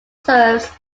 serves